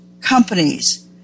companies